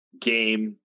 game